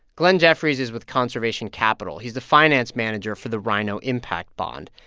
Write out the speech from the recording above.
glen jeffries is with conservation capital. he's the finance manager for the rhino impact bond.